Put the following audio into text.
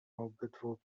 obydwu